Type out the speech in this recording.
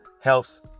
helps